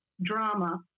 drama